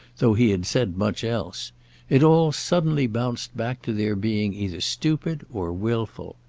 though he had said much else it all suddenly bounced back to their being either stupid or wilful.